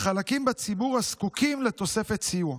לחלקים בציבור הזקוקים לתוספת סיוע,